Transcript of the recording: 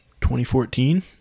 2014